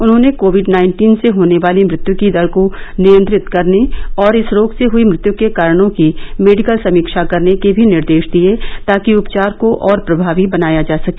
उन्होंने COVID nineteen से होने वाली मृत्यु की दर को नियंत्रित करने और इस रोग से हई मृत्यु के कारणों की मेडिकल समीक्षा करने के भी निर्देश दिए ताकि उपचार को और प्रभावी बनाया जा सके